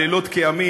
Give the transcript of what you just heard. לילות כימים,